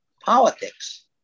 politics